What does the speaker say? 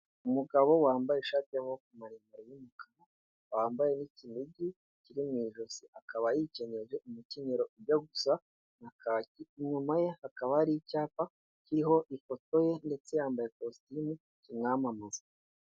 Umugabo wambaye ishati y'amaboko maremare y'umukara, wambaye n'ikinigi kiri mu ijosi, akaba yikenyeje umukenyero ujya gusa nka kaki, inyuma ye hakaba hari icyapa kiriho ifoto ye ndetse yambaye kositimu kimwamamaza.